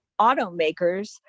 automakers